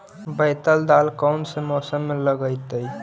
बैतल दाल कौन से मौसम में लगतैई?